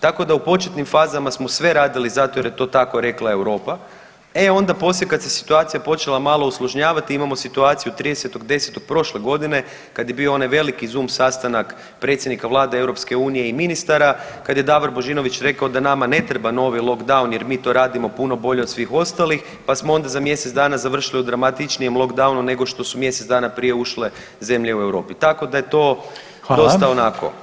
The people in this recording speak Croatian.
Tako da u početnim fazama smo sve radili zato jer je to tako rekla Europa, e onda poslije kad se situacija počela malo usložnjavati imamo situaciju 30.10. prošle godine kad je bio onaj veliki zoom sastanak predsjednika Vlade i EU i ministara, kada je Davor Božinović rekao da nama ne treba novi lockdown jer mi to radimo puno bolje od svih ostali, pa smo za mjesec dana završili u dramatičnijem lockdown nego što su mjesec dana prije ušle zemlje u Europi, tako da je to dosta onako